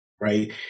right